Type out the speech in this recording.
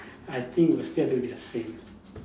I think will still have to be the same